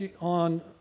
on